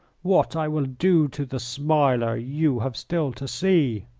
what i will do to the smiler you have still to see.